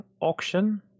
auction